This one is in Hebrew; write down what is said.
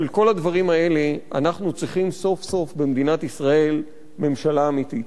בשביל כל הדברים האלה אנחנו צריכים סוף-סוף במדינת ישראל ממשלה אמיתית,